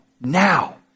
now